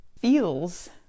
feels